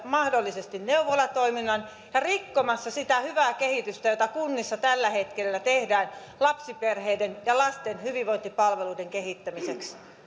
mahdollisesti yhtiöittämässä neuvolatoiminnan ja rikkomassa sitä hyvää kehitystä jota kunnissa tällä hetkellä tehdään lapsiperheiden ja lasten hyvinvointipalveluiden kehittämiseksi